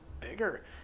bigger